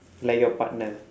like your partner